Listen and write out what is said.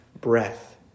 breath